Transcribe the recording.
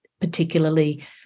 particularly